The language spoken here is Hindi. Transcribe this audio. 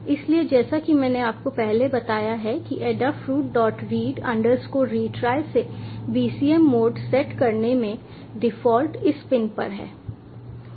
इसलिए जैसा कि मैंने आपको पहले बताया है कि Adafruitread retry से BCM मोड सेट करने में डिफॉल्ट इस पिन पर है